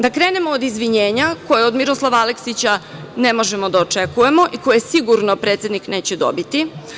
Da krenemo od izvinjenja, koje od Miroslava Aleksića ne možemo da očekujemo i koje sigurno predsednik dobiti.